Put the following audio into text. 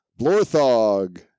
Blorthog